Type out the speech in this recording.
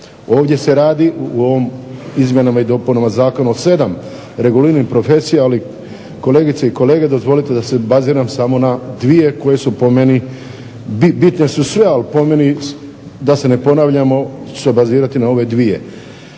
Ovdje se radi u ovim izmjenama i dopunama zakona o sedam reguliranih profesija. Ali kolegice i kolege dozvolite da se baziram samo na dvije koje su po meni bitne. Bitne su sve ali po meni da se ne ponavljamo, se obazirati na ove dvije.